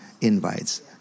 invites